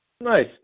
nice